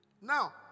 Now